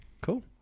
Cool